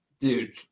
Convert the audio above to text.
Dude